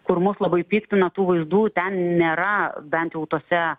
kur mus labai piktina tų vaizdų ten nėra bent jau tose